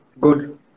good